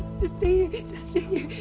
just stay here. just stay here.